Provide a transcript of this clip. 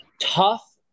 Tough